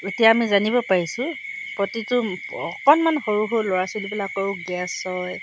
এতিয়া আমি জানিব পাৰিছোঁ প্ৰতিটো অকণমান সৰু সৰু ল'ৰা ছোৱালীবিলাকৰো গেছ হয়